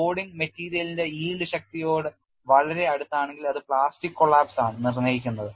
loading മെറ്റീരിയലിന്റെ yield ശക്തിയോട് വളരെ അടുത്താണെങ്കിൽ അത് പ്ലാസ്റ്റിക് collapse ആണ് നിർണ്ണയിക്കുന്നത്